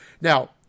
Now